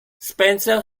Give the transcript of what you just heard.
spencer